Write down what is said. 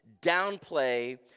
downplay